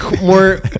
more